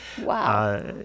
Wow